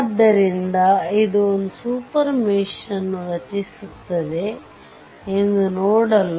ಆದ್ದರಿಂದ ಇದು ಒಂದು ಸೂಪರ್ ಮೆಶ್ ಅನ್ನು ರಚಿಸುತ್ತಿದೆ ಎಂದು ನೋಡಲು